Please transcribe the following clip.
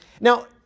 Now